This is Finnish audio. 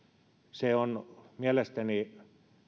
se on mielestäni